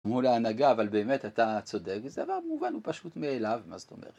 מול ההנהגה, אבל באמת אתה צודק, זה דבר מובן ופשוט מאליו, מה זאת אומרת.